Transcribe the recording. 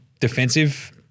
defensive